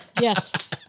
Yes